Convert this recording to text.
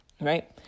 Right